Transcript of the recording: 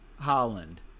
Holland